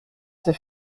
ces